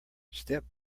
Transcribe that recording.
step